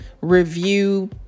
review